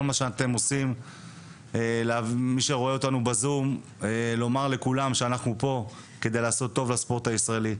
אני רוצה לומר לכולם שאנחנו פה כדי לעשות טוב לספורט הישראלי.